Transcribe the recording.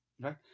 Right